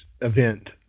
event